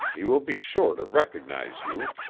he will be sure to recognize you.